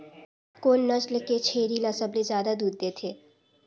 कोन नस्ल के छेरी ल सबले ज्यादा दूध देथे?